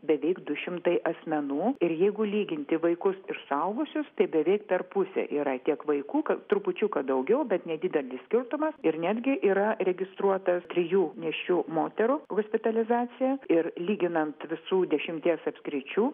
beveik du šimtai asmenų ir jeigu lyginti vaikus ir suaugusius tai beveik per pusę yra tiek vaikų kad trupučiuką daugiau bet nedidelis skirtumas ir netgi yra registruota trijų nėščių moterų hospitalizacija ir lyginant visų dešimties apskričių